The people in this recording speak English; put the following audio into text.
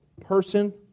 person